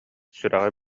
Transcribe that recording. сүрэҕэ